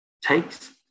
Takes